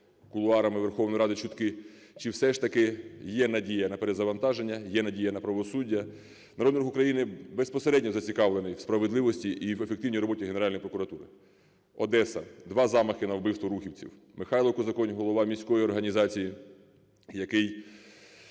кулуарами Верховної Ради чутки, чи все ж таки є надія на перезавантаження, є надія на правосуддя. Народний Рух України безпосередньо зацікавлений в справедливості і в ефективній роботі Генеральної прокуратури. Одеса – два замахи на вбивство рухівців. Михайло Кузаконь, голова міської організації, в